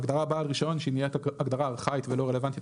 ההגדרה "בעל רישיון" שהיא נהיית הגדרה ארכאית ולא רלוונטית,